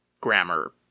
grammar